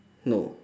no